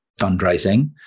fundraising